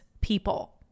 people